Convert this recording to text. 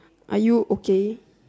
are you okay